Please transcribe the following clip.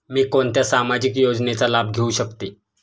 मी कोणत्या सामाजिक योजनेचा लाभ घेऊ शकते?